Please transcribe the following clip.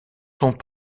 sont